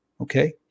Okay